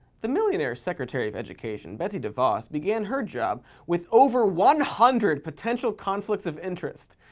the millionaire secretary of education, betsy devos, began her job with over one hundred potential conflicts of interest,